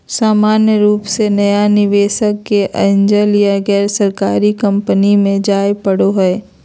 सामान्य रूप से नया निवेशक के एंजल या गैरसरकारी कम्पनी मे जाय पड़ो हय